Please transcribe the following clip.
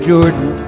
Jordan